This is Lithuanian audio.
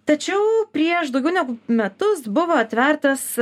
tačiau prieš daugiau negu metus buvo atvertas